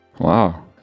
Wow